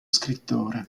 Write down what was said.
scrittore